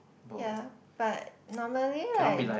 ya but normally like